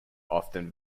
often